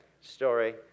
story